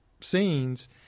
scenes